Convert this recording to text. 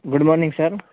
good morning sir